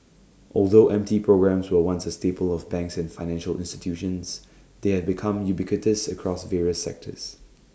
although M T programmes were once A staple of banks and financial institutions they have become ubiquitous across various sectors